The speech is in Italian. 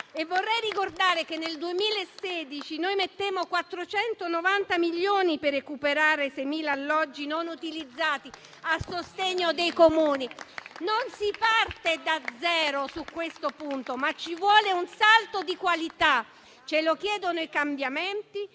Vorrei ricordare che nel 2016 noi mettemmo 490 milioni per recuperare 6.000 alloggi non utilizzati, a sostegno dei Comuni. Non si parte da zero su questo punto, ma ci vuole un salto di qualità. Ce lo chiedono i cambiamenti